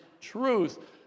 truth